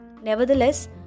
Nevertheless